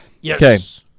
Yes